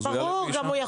אז הוא יעלה ויישן.